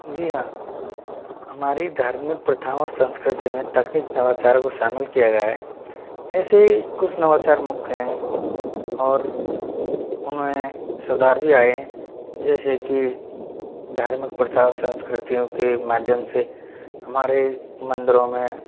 जी हाँ हमारी धार्मिक प्रथाओं और संस्कृति में तकनीक नवाचार को शामिल किया गया है ऐसे ही कुछ नवाचार मुख्य हैं और उनमे सुधार भी आए हैं जैसे कि धार्मिक प्रस्ताव संस्कृतियों के माध्यम से हमारे मंदिरों में